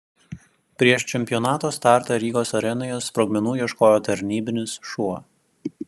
prieš čempionato startą rygos arenoje sprogmenų ieškojo tarnybinis šuo